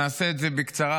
נעשה את זה בקצרה,